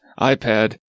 iPad